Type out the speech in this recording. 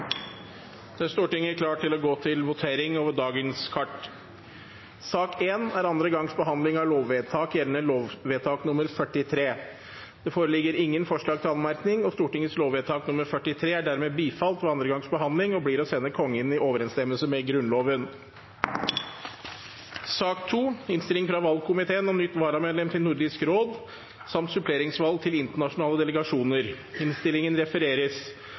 er klar til å gå til votering over sakene på dagens kart. Sak nr. 1 er andre gangs behandling av lov og gjelder lovvedtak nr. 43. Det foreligger ingen forslag til anmerkning. Stortingets lovvedtak nr. 43 er dermed bifalt ved andre gangs behandling og blir å sende Kongen i overensstemmelse med Grunnloven. Under debatten er det satt fram i alt fem forslag. Det er forslag nr. 2, fra